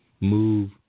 move